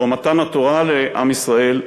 או מתן התורה לעם ישראל,